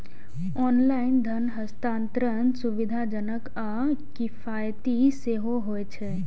online धन हस्तांतरण सुविधाजनक आ किफायती सेहो होइ छै